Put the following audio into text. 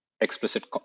explicit